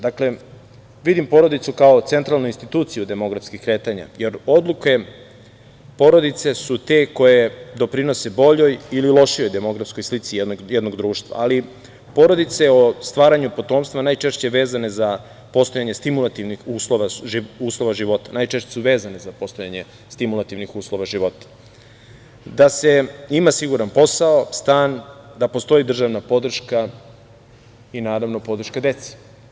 Dakle, vidim porodicu kao centralnu instituciju demografskih kretanja, jer odluke porodice su te koje doprinose boljoj ili lošijoj demografskoj slici jednog društva, ali porodice o stvaranju potomstva najčešće su vezane za postojanje stimulativnih uslova života, da se ima siguran posao, stan, da postoji državna podrška i naravno, podrška deci.